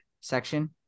section